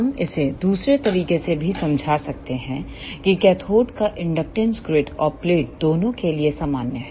हम इसे दूसरे तरीके से भी समझा सकते हैं कि कैथोड का इंडक्टेंस ग्रिड और प्लेट दोनों के लिए सामान्य है